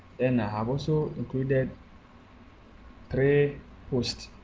then i have also included three posts,